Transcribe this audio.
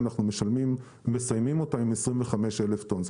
אנחנו מסיימים אותה עם 25,000 טון.